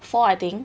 four I think